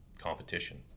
competition